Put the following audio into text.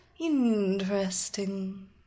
interesting